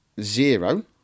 zero